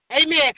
Amen